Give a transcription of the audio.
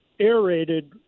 aerated